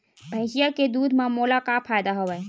भैंसिया के दूध म मोला का फ़ायदा हवय?